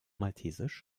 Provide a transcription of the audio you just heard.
maltesisch